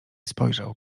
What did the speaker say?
spojrzał